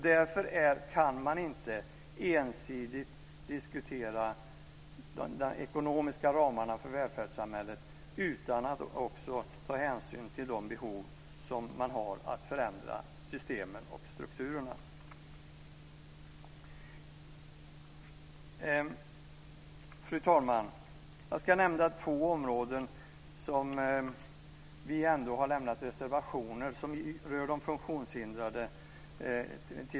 Därför kan man inte ensidigt diskutera de ekonomiska ramarna för välfärdssamhället utan att också ta hänsyn till de behov som finns att förändra systemen och strukturerna. Fru talman! Jag ska nämna två områden som vi ändå har reservationer på och som rör funktionshindrade.